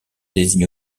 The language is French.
désigne